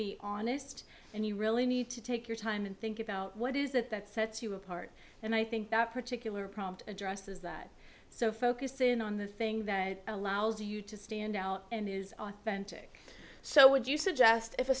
be honest and you really need to take your time and think about what is it that sets you apart and i think that particular problem to address is that so focus in on the thing that allows you to stand out and is authentic so would you suggest if a